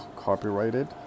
copyrighted